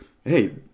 Hey